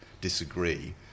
disagree